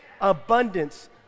Abundance